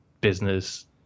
business